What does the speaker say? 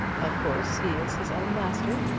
of course he is his own master.